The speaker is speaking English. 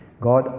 God